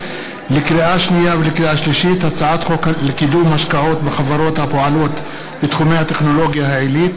כי הצעת חוק ייצור חשמל מאנרגיה מתחדשת,